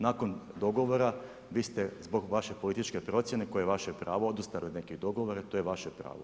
Nakon dogovora vi ste zbog vaše političke procjene, koje je vaše pravo, odustali od nekih dogovora i to je vaše pravo.